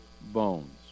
bones